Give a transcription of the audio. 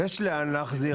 יש לאן להחזיר,